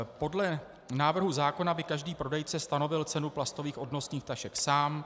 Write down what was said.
Podle návrhu zákona by každý prodejce stanovil cenu plastových odnosných tašek sám.